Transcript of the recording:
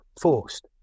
forced